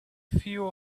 few